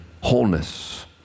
wholeness